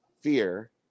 fear